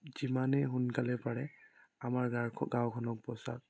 যিমানেই সোনকালে পাৰে আপুনি আমাৰ গাঁওখনক বচাওক